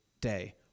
day